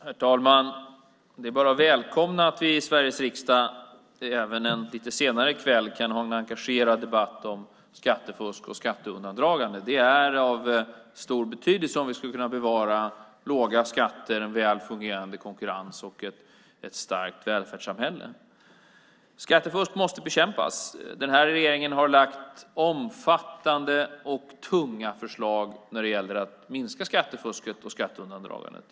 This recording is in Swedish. Herr talman! Det är bara att välkomna att vi i Sveriges riksdag även en lite sen kväll kan ha en engagerad debatt om skattefusk och skatteundandragande. Det är av stor betydelse om vi skulle kunna bevara låga skatter, väl fungerande konkurrens och ett starkt välfärdssamhälle. Skattefusk måste bekämpas. Den här regeringen har lagt fram omfattande och tunga förslag när det gäller att minska skattefusket och skatteundandragandet.